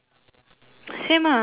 same ah can we give up